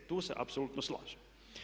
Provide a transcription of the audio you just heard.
Tu se apsolutno slažem.